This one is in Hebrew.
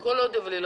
כל עוד התוכנית לא